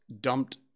dumped